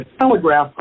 telegraph